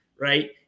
right